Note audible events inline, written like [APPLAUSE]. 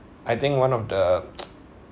I think one of the [NOISE]